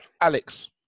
Alex